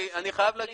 אני חייב להגיד,